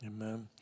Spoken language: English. Amen